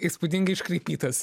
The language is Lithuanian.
įspūdingai iškraipytas